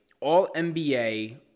all-NBA